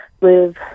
live